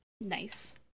Nice